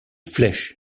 flèches